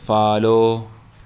follow